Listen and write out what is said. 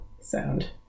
sound